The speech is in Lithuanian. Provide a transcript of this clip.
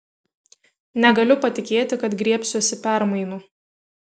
negaliu patikėti kad griebsiuosi permainų